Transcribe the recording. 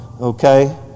okay